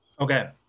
okay